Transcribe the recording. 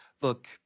look